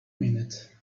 minute